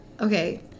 Okay